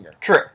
True